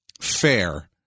fair